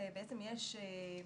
בעצם לא